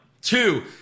two